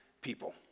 people